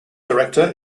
director